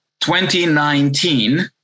2019